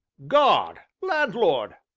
guard, landlord,